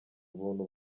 ubuntu